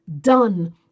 done